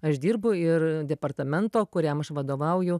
aš dirbu ir departamento kuriam aš vadovauju